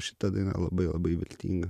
šita daina labai labai viltinga